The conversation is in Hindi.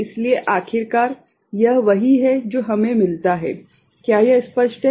इसलिए आखिरकार यह वही है जो हमें मिलता है क्या यह स्पष्ट है